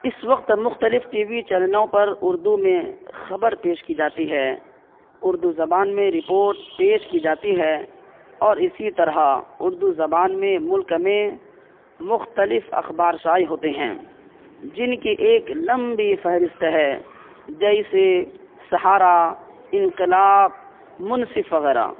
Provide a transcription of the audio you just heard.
اس وقت مختلف TV چینلوں پر اردو میں خبر پیش کی جاتی ہے اردو زبان میں رپوٹ پیش کی جاتی ہے اور اسی طرح اردو زبان میں ملک میں مختلف اخبار شائع ہوتے ہیں جن کے ایک لمبی فہرست ہے جیسے سہارا انقلاب منصف وغیرہ